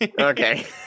Okay